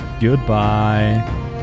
goodbye